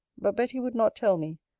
but betty would not tell me,